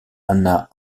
anna